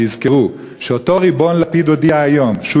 שיזכרו שאותו ריבון לפיד הודיע היום שהוא